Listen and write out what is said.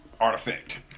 artifact